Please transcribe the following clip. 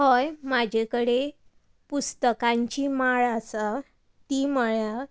हय म्हजे कडेन पुस्तकांची माळ आसा ती म्हणल्यार